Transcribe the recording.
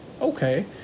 Okay